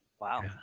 Wow